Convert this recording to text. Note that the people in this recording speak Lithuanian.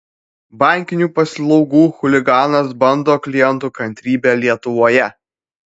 bankinių paslaugų chuliganas bando klientų kantrybę lietuvoje